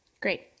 great